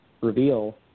Reveal